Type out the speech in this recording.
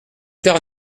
tard